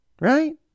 right